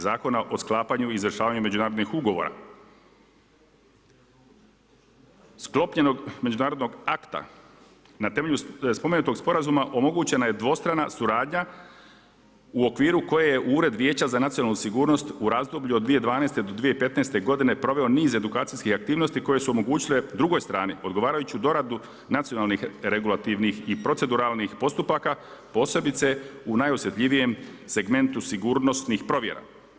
Zakona o sklapanju i izvršavanju međunarodnih ugovora sklopljenog međunarodnog akta na temelju spomenutog sporazuma omogućena je dvostrana suradnja u okviru koje je Ured vijeća za nacionalnu sigurnost u razdoblju od 2012. do 2015. godine proveo niz edukacijskih aktivnosti koje su omogućile drugoj strani odgovarajuću doradu nacionalnih regulativnih i proceduralnih postupaka posebice u najosjetljivijem segmentu sigurnosnih provjera.